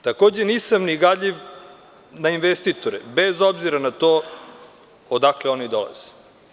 Takođe, nisam ni gadljiv na investitore, bez obzira na to odakle oni dolaze.